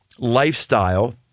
lifestyle